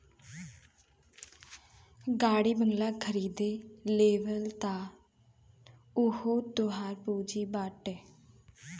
गाड़ी बंगला खरीद लेबअ तअ उहो तोहरे पूंजी बाटे